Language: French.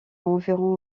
environ